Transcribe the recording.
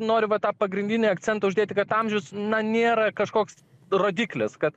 noriu va tą pagrindinį akcentą uždėti kad amžius na nėra kažkoks rodiklis kad